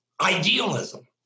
idealism